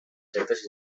centres